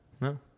no